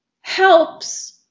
helps